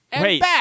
Wait